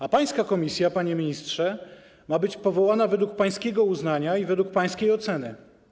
A pańska komisja, panie ministrze, ma być powołana według pańskiego uznania i według pańskiej oceny.